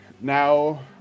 now